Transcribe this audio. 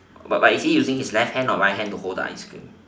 but but is he using his left hand or right hand to hold the ice cream